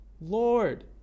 lord